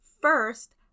first